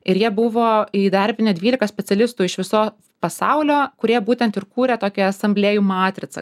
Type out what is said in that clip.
ir jie buvo įdarbinę dvylika specialistų iš viso pasaulio kurie būtent ir kūrė tokią asamblėjų matricą